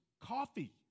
coffee